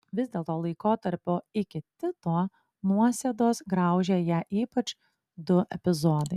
vis dėlto laikotarpio iki tito nuosėdos graužė ją ypač du epizodai